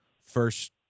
first